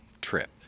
trip